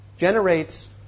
generates